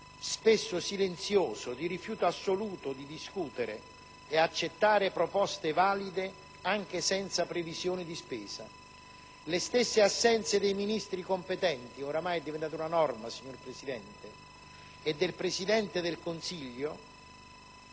spesso silenzioso, di rifiuto assoluto di discutere e accettare proposte valide, anche senza previsioni di spesa. Le stesse assenze dei Ministri competenti - ormai è diventata una norma, signor Presidente - e del Presidente del Consiglio